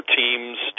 teams